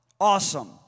Awesome